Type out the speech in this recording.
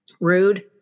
rude